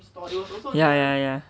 ya ya ya